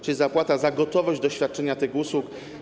Chodzi o zapłatę za gotowość do świadczenia tych usług.